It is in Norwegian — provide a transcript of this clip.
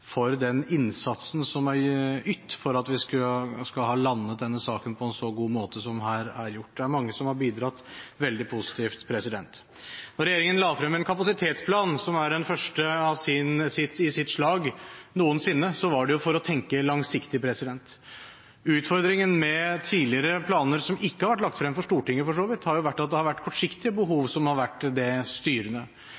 for den innsatsen som er ytt for at vi har fått landet denne saken på en så god måte som her er gjort. Det er mange som har bidratt veldig positivt. Da regjeringen la frem en kapasitetsplan, som er den første i sitt slag noensinne, så var det for å tenke langsiktig. Utfordringen med tidligere planer – som for så vidt ikke har vært lagt frem for Stortinget – har jo vært at det har vært kortsiktige behov som har vært det styrende.